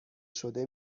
شده